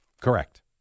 Correct